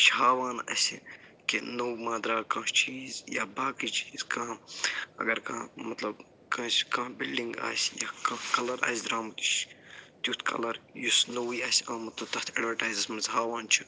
یہِ چھِ ہاوان اَسہِ کہِ نو ما دراو کانٛہہ چیٖز یا باقٕے چیٖز کانٛہہ اگر کانٛہہ مطلب کٲنسہِ کانٛہہ بلڈنٛگ آسہِ یا کانٛہہ کلر آسہِ درامُت تیُتھ کلر یُس نوٕے آسہِ آمُت تہٕ تتھ اٮ۪ڈوٹیزس منٛز ہاوان چھِ